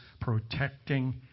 protecting